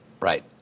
right